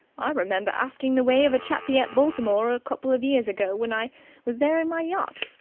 i remember asking the way of a chappie at baltimore a couple of years ago when i was there in my yacht,